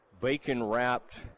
Bacon-wrapped